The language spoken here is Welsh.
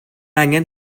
angen